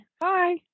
Bye